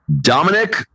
Dominic